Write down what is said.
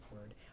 word